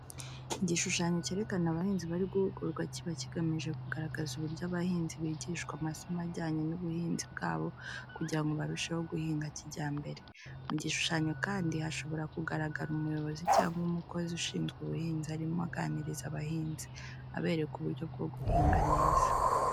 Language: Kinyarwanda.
Igishushanyo cyerekana abahinzi bari guhugurwa kiba kigamije kugaragaza uburyo abahinzi bigishwa amasomo ajyanye n'ubuhinzi bwabo kugira ngo barusheho guhinga kijyambere. Mu gishushanyo kandi hashobora kugaragara umuyobozi cyangwa umukozi ushinzwe ubuhinzi arimo aganiriza abahinzi, abereka uburyo bwo guhinga neza.